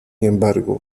embargo